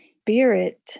spirit